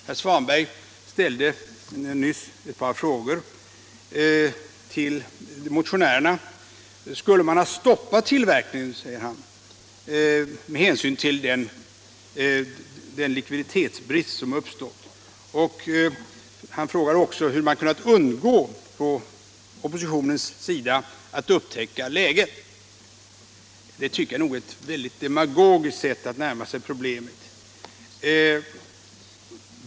| Herr Svanberg ställde nyss ett par frågor till motionärerna: Skulle man ha stoppat tillverkningen med hänsyn till den likviditetsbrist som uppstått? frågade han. Han undrade också hur man på oppositionens sida kunnat undgå att upptäcka läget. Det tycker jag nog är ett oerhört demagogiskt sätt att närma sig problemet!